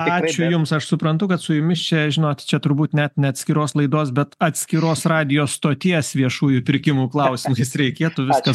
ačiū jums aš suprantu kad su jumis čia žinot čia turbūt net ne atskiros laidos bet atskiros radijo stoties viešųjų pirkimų klausimais reikėtų viską